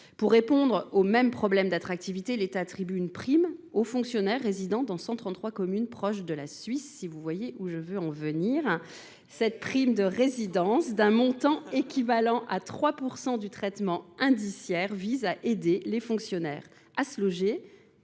Pour répondre aux mêmes problèmes d’attractivité, l’État attribue une prime aux fonctionnaires résidant dans 133 communes proches de la Suisse, si vous voyez ce que je veux dire… Oh oui ! Cette prime de résidence, d’un montant équivalent à 3 % du traitement indiciaire, vise à aider les fonctionnaires à se loger